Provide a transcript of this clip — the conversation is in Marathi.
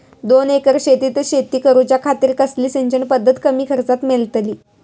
दोन एकर जमिनीत शेती करूच्या खातीर कसली सिंचन पध्दत कमी खर्चात मेलतली?